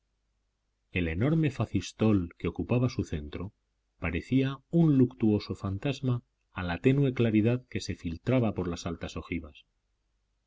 el enorme facistol que ocupaba su centro parecía un luctuoso fantasma a la tenue claridad que se filtraba por las altas ojivas